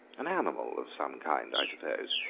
an animal of some kind, i suppose.